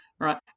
Right